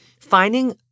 finding